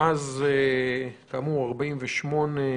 מאז 48'